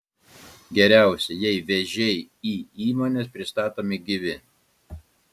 geriausia jei vėžiai į įmones pristatomi gyvi